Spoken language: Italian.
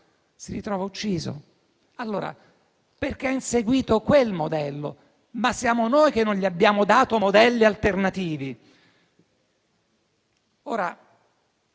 si ritrova morto, ucciso perché ha inseguito quel modello. Ma siamo noi che non gli abbiamo dato modelli alternativi. Ora,